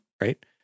Right